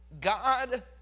God